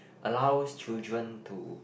allows children to